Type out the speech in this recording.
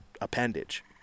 appendage